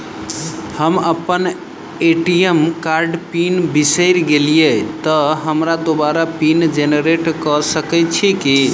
हम अप्पन ए.टी.एम कार्डक पिन बिसैर गेलियै तऽ हमरा दोबारा पिन जेनरेट कऽ सकैत छी की?